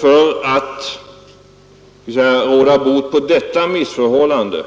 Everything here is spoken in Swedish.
För att råda bot på detta missförhållande